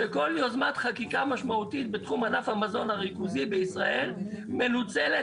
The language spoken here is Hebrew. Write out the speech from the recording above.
שכל יוזמת חקיקה משמעותית בתחום ענף המזון הריכוזי בישראל מנוצלת